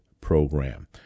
program